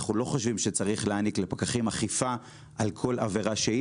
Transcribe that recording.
אנחנו לא חושבים שצריך להעניק לפקחים אכיפה על כל עבירה שהיא